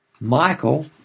Michael